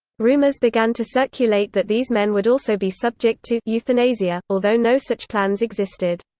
rumours began to circulate that these men would also be subject to euthanasia, although no such plans existed.